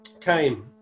came